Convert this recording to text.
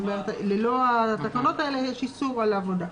זאת אומרת ללא התקנות האלה יש איסור על עבודה.